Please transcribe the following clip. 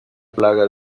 plaga